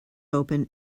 open